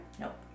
Nope